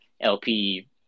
LP